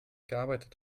gearbeitet